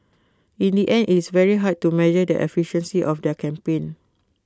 in the end IT is very hard to measure the efficiency of their campaign